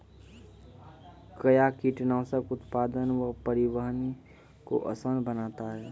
कया कीटनासक उत्पादन व परिवहन को आसान बनता हैं?